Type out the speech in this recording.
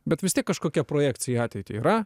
bet vis tiek kažkokia projekcija į ateitį yra